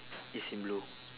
is in blue